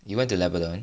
you went to labrador